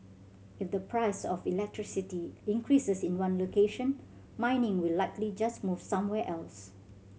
if the price of electricity increases in one location mining will likely just move somewhere else